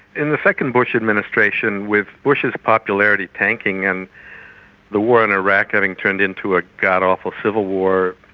in the second bush administration, with bush's popularity tanking and the war in iraq having turned into a god-awful civil war,